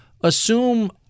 assume